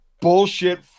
bullshit